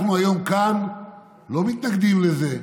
אנחנו היום כאן לא מתנגדים לזה.